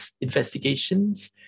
investigations